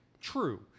true